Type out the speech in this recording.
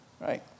right